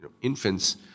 infants